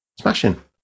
smashing